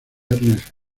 ernest